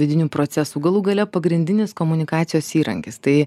vidinių procesų galų gale pagrindinis komunikacijos įrankis tai